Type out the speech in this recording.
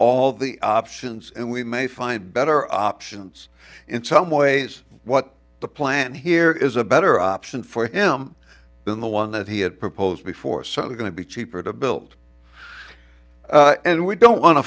all the options and we may find better options in some ways what the plan here is a better option for him than the one that he had proposed before so we're going to be cheaper to build and we don't want to